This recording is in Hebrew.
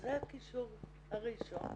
זה הקישור הראשון.